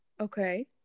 Okay